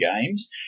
games